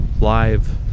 live